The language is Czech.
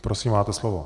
Prosím, máte slovo.